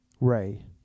Ray